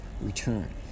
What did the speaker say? return